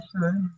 sure